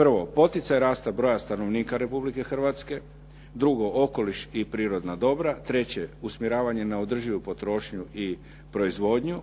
Prvo, poticaj rasta broja stanovnika Republike Hrvatske, drugo, okoliš i prirodna dobro, treće, usmjeravanje na održivu potrošnju i proizvodnju,